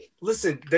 Listen